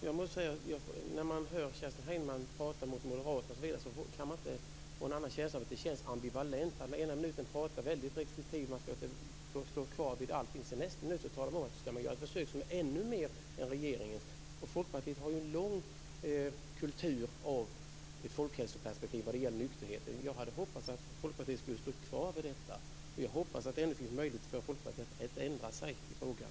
Herr talman! När jag hör Kerstin Heinemann prata mot moderaterna får jag en känsla av ambivalens. Den ena minuten är hon restriktiv, och i nästa minut ska ett försök göras som går längre än regeringens förslag. Folkpartiet har länge omfattat sig av en kultur med ett folkhälsoperspektiv vad gäller nykterheten. Jag hade hoppats att Folkpartiet skulle stå kvar vid detta. Jag hoppas att det ännu finns möjlighet för Folkpartiet att ändra sig i frågan.